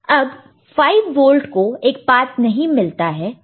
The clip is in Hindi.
अब 5 वोल्ट को एक पात नहीं मिलता है